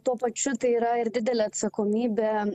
tuo pačiu tai yra ir didelė atsakomybė